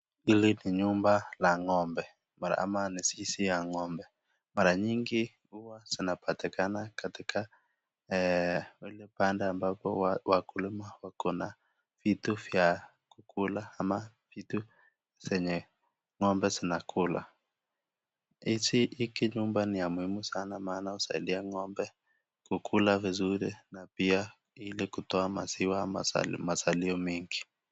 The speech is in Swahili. Hili ni nyumba la ng'ombe ama ni zizi ya ng'ombe. Mara nyingi huwa zinapatikana katika ile banda ambapo wakulima wako na vitu vya kukula ama vitu zenye ng'ombe zinakula. Hiki nyumba ni ya muhimu sana maana husaidia ng'ombe kukula vizuri na pia ili kutoa maziwa ama masalio mengi.